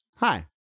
Hi